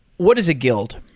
what is a guild?